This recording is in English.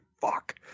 fuck